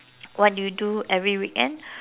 what do you do every weekend